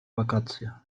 wakacje